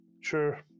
Sure